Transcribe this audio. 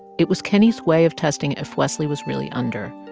it was kenney's way of testing if wesley was really under.